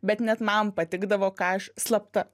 bet net man patikdavo ką aš slapta